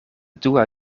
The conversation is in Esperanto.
dua